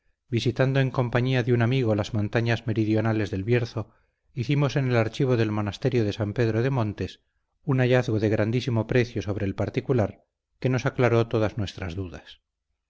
visitando en compañía de un amigo las montañas meridionales del bierzo hicimos en el archivo del monasterio de san pedro de montes un hallazgo de grandísimo precio sobre el particular que nos aclaró todas nuestras dudas